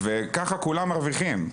וככה כולם מרוויחים.